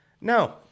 No